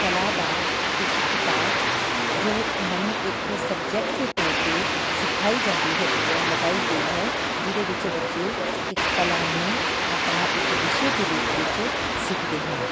ਕਲਾ ਦਾ ਇੱਕ ਕਿਤਾਬ ਜੋ ਉਨ੍ਹਾਂ ਨੂੰ ਇੱਕ ਸਬਜੈਕਟ ਦੇ ਤੋਰ 'ਤੇ ਸਿਖਾਈ ਜਾਂਦੀ ਹੈਗੀ ਹੈ ਲਗਾਈ ਗਈ ਹੈ ਜਿਹਦੇ ਵਿੱਚ ਬੱਚੇ ਇੱਕ ਕਲਾ ਨੂੰ ਆਪਣਾ ਇੱਕ ਵਿਸ਼ੇ ਦੇ ਰੂਪ ਵਿੱਚ ਸਿੱਖਦੇ ਹਨ